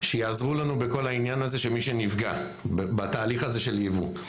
שיעזרו לנו בכל העניין הזה של מי שנפגע בתהליך הזה של ייבוא.